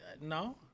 No